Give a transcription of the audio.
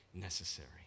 necessary